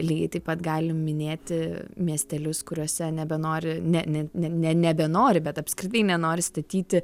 lygiai taip pat galim minėti miestelius kuriuose nebenori ne ne ne ne nebenori bet apskritai nenori statyti